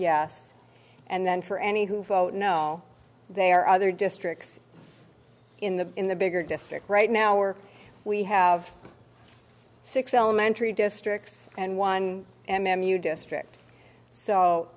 yes and then for any who vote no there are other districts in the in the bigger district right now or we have six elementary districts and one m m u district so